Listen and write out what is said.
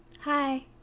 Hi